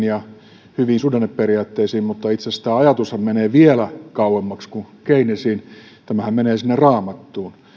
ja hyviin suhdanneperiaatteisiin mutta itse asiassa tämä ajatushan menee vielä kauemmaksi kuin keynesiin tämähän menee sinne raamattuun